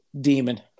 demon